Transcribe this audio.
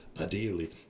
ideally